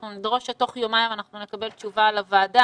אנחנו נדרוש שתוך יומיים אנחנו נקבל תשובה לוועדה.